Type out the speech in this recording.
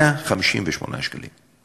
2734 ו-2740.